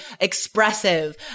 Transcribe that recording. expressive